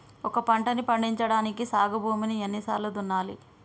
ఒక పంటని పండించడానికి సాగు భూమిని ఎన్ని సార్లు దున్నాలి?